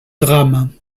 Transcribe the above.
drame